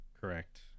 Correct